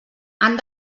han